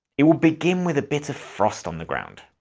it will begin with a bit of frost on the ground.